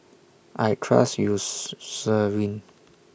I Trust